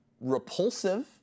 repulsive